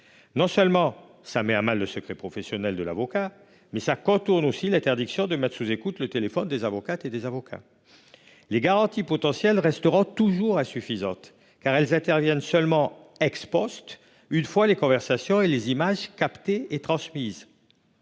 Non seulement cela met à mal le secret professionnel de l'avocat, mais cela contourne aussi l'interdiction de mettre sous écoute le téléphone des avocates et des avocats. Les garanties potentielles resteront toujours insuffisantes, car elles interviennent seulement, une fois les conversations et les images captées et transmises.